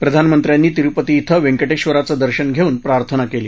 प्रधानमंत्र्यांनी तिरुपती श्वे वेकंटेश्वराचं दर्शन घेऊन प्रार्थना केली